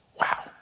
Wow